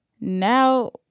Now